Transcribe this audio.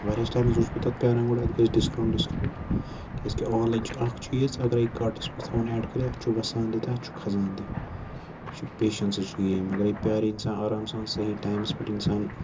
واریاہَس ٹایمَس اوسُس بہٕ تَتھ پیٛاران گۄڈٕ اَتھ گژھِ ڈِسکاوُںٛٹ ڈِسکاوُںٛٹ کیٛازِکہِ آن لاین چھُ اَکھ چیٖز اگرَے کاٹَس منٛز تھَون اٮ۪ڈ کٔرِتھ اَتھ چھُ وَسان تہِ تہٕ اَتھ چھُ کھَسان تہِ یہِ چھِ پیشَنسٕچ گیم اگَرَے پیٛارِ اِنسان آرام سان صحیح ٹایمَس پٮ۪ٹھ اِنسان